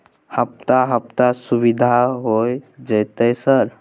हफ्ता हफ्ता सुविधा होय जयते सर?